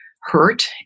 hurt